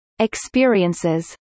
Experiences